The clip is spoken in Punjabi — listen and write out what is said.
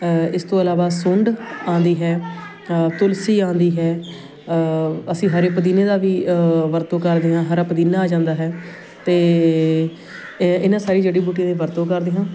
ਇਸ ਤੋਂ ਇਲਾਵਾ ਸੁੰਢ ਆਉਂਦੀ ਹੈ ਤੁਲਸੀ ਆਉਂਦੀ ਹੈ ਅਸੀਂ ਹਰੇ ਪੁਦੀਨੇ ਦਾ ਵੀ ਵਰਤੋਂ ਕਰਦੇ ਹਾਂ ਹਰ ਪੁਦੀਨਾ ਆ ਜਾਂਦਾ ਹੈ ਅਤੇ ਇਹ ਇਹਨਾਂ ਸਾਰੀਆਂ ਜੜੀ ਬੂਟੀਆਂ ਦੀ ਵਰਤੋਂ ਕਰਦੇ ਹਾਂ